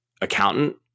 accountant